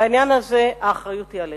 בעניין הזה האחריות היא עליך.